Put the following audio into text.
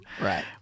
Right